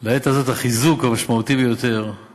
לעת הזאת החיזוק המשמעותי ביותר הוא